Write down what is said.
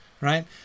right